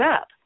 up